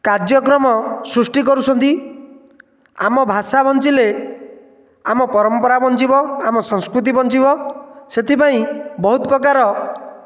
କାର୍ଯ୍ୟକ୍ରମ ସୃଷ୍ଟି କରୁଛନ୍ତି ଆମ ଭାଷା ବଞ୍ଚିଲେ ଆମ ପରମ୍ପରା ବଞ୍ଚିବ ଆମ ସଂସ୍କୃତି ବଞ୍ଚିବ ସେଥିପାଇଁ ବହୁତ ପ୍ରକାର